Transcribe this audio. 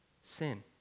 sin